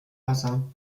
wasser